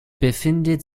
befindet